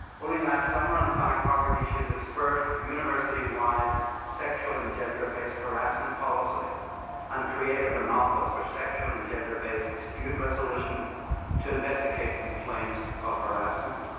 only last summer, in fact, harvard issued its first university-wide sexual and gender-based harassment policy and created an office for sexual and gender-based dispute resolution to investigate complaints of harassment.